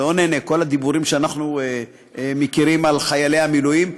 לא נהנה כל הדיבורים שאנחנו מכירים על חיילי המילואים,